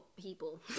people